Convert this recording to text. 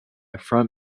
front